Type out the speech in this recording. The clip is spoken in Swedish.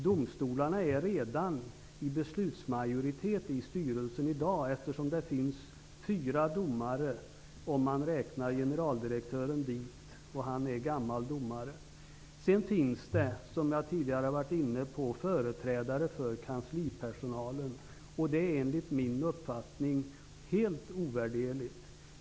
Domstolarna är redan i dag i beslutsmajoritet i styrelsen, eftersom det om man räknar med generaldirektören finns fyra domare, och generaldirektören är gammal domare. Som jag tidigare har nämnt finns det också i styrelsen företrädare för kanslipersonalen, och det är enligt min uppfattning helt ovärderligt.